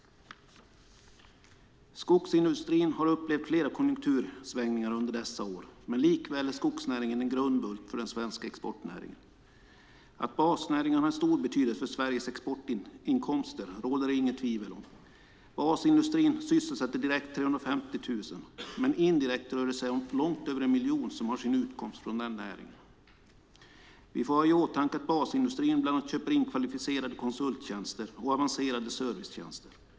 Skogsindustrin har upplevt flera konjunktursvängningar under dessa år, men likväl är skogsnäringen en grundbult i den svenska exportnäringen. Att basnäringarna har stor betydelse för Sveriges exportinkomster råder det inget tvivel om. Basindustrin sysselsätter direkt 350 000 personer, men indirekt rör det sig om långt över en miljon som har sin utkomst från den näringen. Vi får ha i åtanke att basindustrin bland annat köper in kvalificerade konsulttjänster och avancerade servicetjänster.